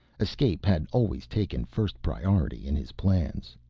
escape had always taken first priority in his plans.